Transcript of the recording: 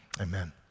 Amen